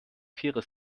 vierer